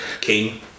King